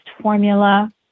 formula